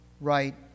right